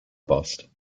bust